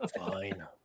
Fine